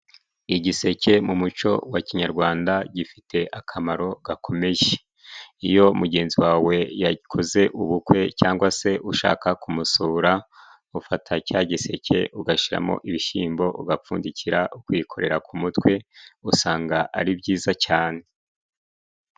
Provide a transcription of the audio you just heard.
Igiseke mu muco wa kinyarwanda gifite akamaro gakomeye. Iyo mugenzi wawe yakoze ubukwe cyangwa se ushaka kumusura, ufata ca giseke ugashiramo ibishimbo ugapfundikira ukikorera ku mutwe, usanga ari byiza cane.